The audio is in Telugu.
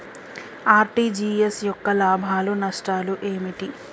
ఆర్.టి.జి.ఎస్ యొక్క లాభాలు నష్టాలు ఏమిటి?